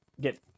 get